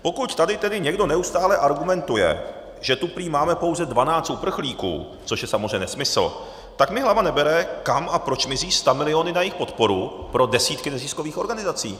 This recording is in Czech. Pokud tady tedy někdo neustále argumentuje, že tu prý máme pouze 12 uprchlíků, což je samozřejmě nesmysl, tak mi hlava nebere, kam a proč mizí stamiliony na jejich podporu pro desítky neziskových organizací.